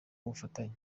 ubufatanye